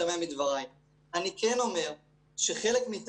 אני מצטער אם זה מה שהשתמע מדבריי.